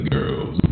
Girls